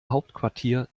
hauptquartier